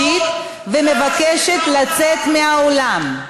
אני קוראת אותך לסדר בפעם השלישית ומבקשת לצאת מהאולם.